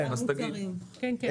כן.